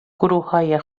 گروههای